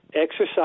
Exercise